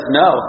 no